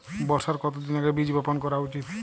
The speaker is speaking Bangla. বর্ষার কতদিন আগে বীজ বপন করা উচিৎ?